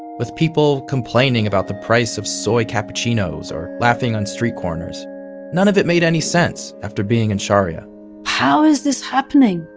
with people complaining about the price of soy cappuccinos or laughing on street corners none of it made any sense after being in sharya how is this happening,